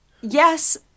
yes